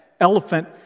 elephant